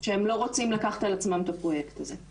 שהם לא רוצים לקחת על עצמם את הפרויקט הזה.